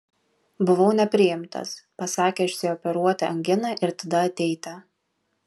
buvau nepriimtas pasakė išsioperuoti anginą ir tada ateiti